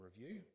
review